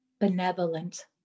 benevolent